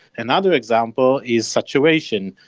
another example is saturation.